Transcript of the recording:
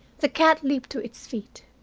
the cat leaped to his feet.